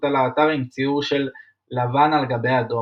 על האתר עם ציור של לבן על גבי אדום,